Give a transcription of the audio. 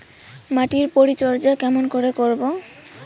মাটির পরিচর্যা কেমন করে করব?